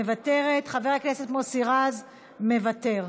מוותרת, חבר הכנסת מוסי רז, מוותר.